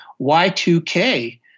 Y2K